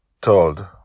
Told